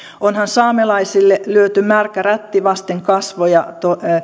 onhan saamelaisille lyöty märkä rätti vasten kasvoja